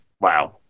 Wow